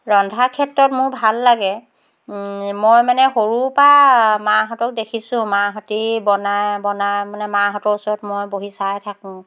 ৰন্ধাৰ ক্ষেত্ৰত মোৰ ভাল লাগে মই মানে সৰুৰ পৰা মাহঁতক দেখিছোঁ মাহঁতে বনায় বনায় মানে মাহঁতৰ ওচৰত মই বহি চাই থাকোঁ